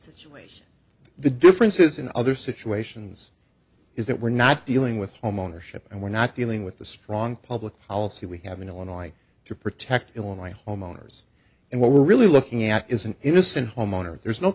situation the difference is in other situations is that we're not dealing with homeownership and we're not dealing with the strong public policy we have in illinois to protect illinois homeowners and what we're really looking at is an innocent homeowner if there's no